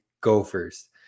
Gophers